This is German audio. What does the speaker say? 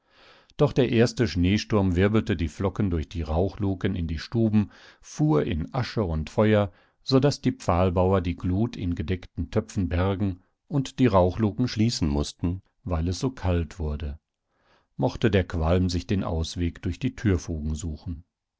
doch der erste schneesturm wirbelte die flocken durch die rauchluken in die stuben fuhr in asche und feuer so daß die pfahlbauer die glut in gedeckten töpfen bergen und die rauchluken schließen mußten weil es so kalt wurde mochte der qualm sich den ausweg durch die türfugen suchen